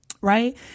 right